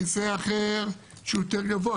כיסא אחר שהוא יותר גבוה,